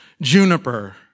Juniper